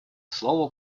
слово